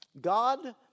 God